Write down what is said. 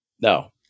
No